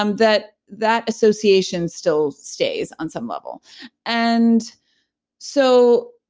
um that that association still stays on some level and so,